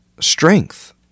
strength